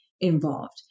involved